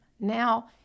Now